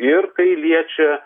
ir tai liečia